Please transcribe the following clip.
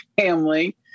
family